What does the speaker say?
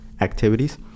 activities